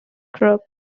group